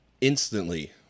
instantly